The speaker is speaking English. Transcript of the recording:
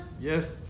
Yes